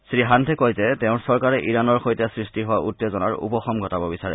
শ্ৰীহাণ্টে কয় যে তেওঁৰ চৰকাৰে ইৰানৰ সৈতে সৃষ্টি হোৱা উত্তেজনাৰ উপশম ঘটাব বিচাৰে